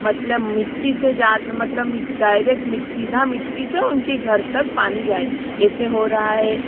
मतलब मिट्टी से जा मतलब डायरेक्ट मिट सीधा मिट्टी से उनके घर तक पानी जाए ऐसे हो रहा है